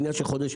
עניין של חודש.